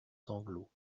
sanglots